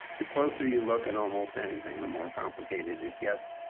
the closer you look in almost anything, the more complicated it gets.